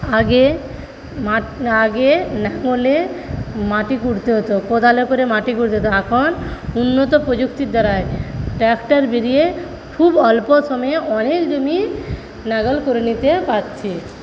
আগে মাঠ আগে লাঙলে মাটি খুঁড়তে হত কোদালে করে মাটি খুঁড়তে হত এখন উন্নত প্রযুক্তির দ্বারায় ট্রাক্টর বেরিয়ে খুব অল্প সময়ে অনেক জমি লাঙল করে নিতে পারছি